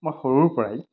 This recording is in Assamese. মই সৰুৰ পৰাই